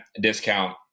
discount